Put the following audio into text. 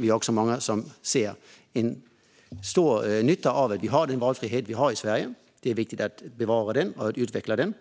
Vi är också många som ser en stor nytta i att vi har den valfrihet som vi har i Sverige. Det är viktigt att bevara och utveckla den,